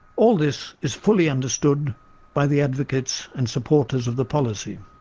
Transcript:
all this is fully understood by the advocates and supporters of the policy.